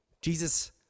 Jesus